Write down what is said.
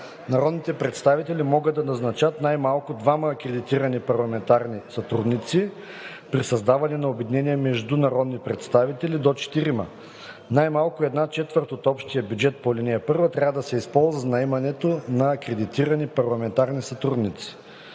Народните представители могат да назначат най-много двама акредитирани парламентарни сътрудници (при създаване на обединение между народни представители – до четирима). Най-малко една четвърт от общия бюджет по ал. 1 трябва да се използва за наемането на акредитирани парламентарни сътрудници.